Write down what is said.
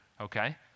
okay